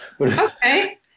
Okay